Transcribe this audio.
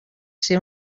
ser